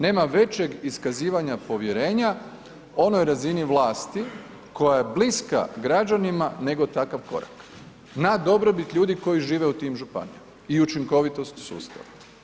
Nema većeg iskazivanja povjerenja onoj razini vlasti koja je bliska građanima nego takav korak, na dobrobit ljudi koji žive u tim županijama i učinkovitosti sustava.